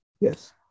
Yes